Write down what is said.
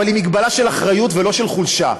אבל היא מגבלה של אחריות ולא של חולשה.